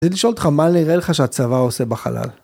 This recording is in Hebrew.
רציתי לשאול אותך, מה נראה לך שהצבא עושה בחלל?